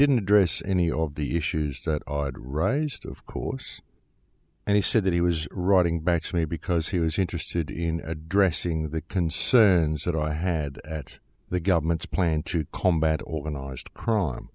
didn't address any of the issues that are right of course and he said that he was writing back to me because he was interested in addressing the concerns that i had at the government's plan to combat organized crime